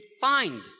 find